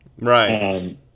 Right